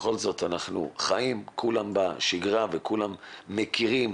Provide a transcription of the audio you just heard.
בכל זאת כולנו חיים בשגרה וכולנו מכירים